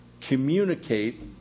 communicate